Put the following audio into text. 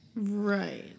Right